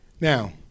Now